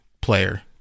player